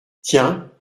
tiens